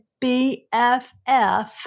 BFF